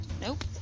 Nope